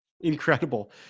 Incredible